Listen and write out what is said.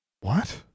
What